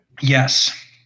Yes